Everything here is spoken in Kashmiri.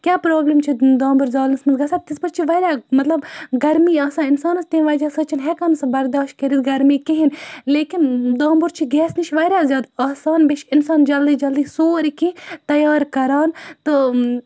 کیٛاہ پرابلِم چھِ دامبُر زالَس مَنٛز گَژھان تِتھ پٲٹھۍ چھِ واریاہ مطلب گرمی آسان اِنسانَس تمہِ وجہ سۭتۍ چھِنہٕ ہیٚکان سُہ بَرداش کٔرِتھ گرمی کِہیٖنۍ لیکِن دامبُر چھُ گیس نِش واریاہ زیادٕ آسان بیٚیہِ چھِ اِنسان جلدی جلدی سورُے کیٚنٛہہ تَیار کَران تہٕ